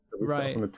Right